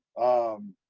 um,